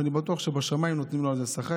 ואני בטוח שבשמיים נותנים לו על זה שכר,